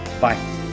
bye